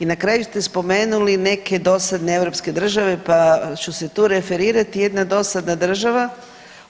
I na kraju ste spomenuli neke dosadne europske države pa ću se tu referirati, jedna dosadna država